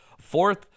fourth